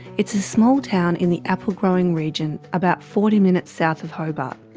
it's a small town in the apple growing region about forty minutes south of hobart.